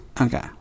Okay